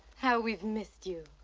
how we've missed you.